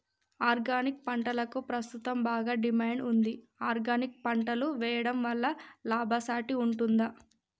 Organic పంటలకు ప్రస్తుతం బాగా డిమాండ్ ఉంది ఆర్గానిక్ పంటలు వేయడం వల్ల లాభసాటి ఉంటుందా?